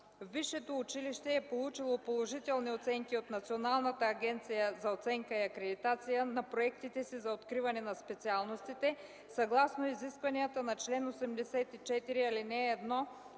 Висшето училище е получило положителни оценки от Националната агенция за оценяване и акредитация на проектите си за откриване на специалностите съгласно изискванията на чл. 84,